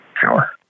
Sure